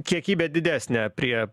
kiekybė didesnė prie